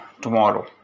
tomorrow